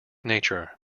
nature